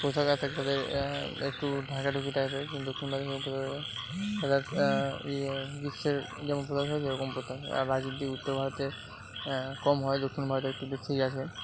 পোশাক আশাক তাদের একটু ঢাকাঢুকি থাকে কিন্তু দক্ষিণ ভারতে লোকেরা তারা গ্রীষ্মের যেমন পোশাক হয় সেরকম পরতে হয় আর বাকি উত্তর ভারতে কম হয় দক্ষিণ ভারতে একটু বেশিই আছে